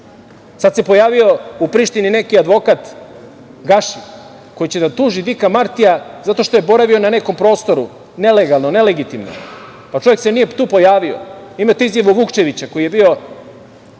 Sad se pojavio u Prištini neki advokat Gaši koji će da tuži Dika Martija zato što je boravio na nekom prostoru nelegalno, nelegitimno. Pa, čovek se nije tu pojavio. Imate izjavu Vukčevića, koji je bio